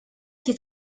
qui